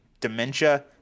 dementia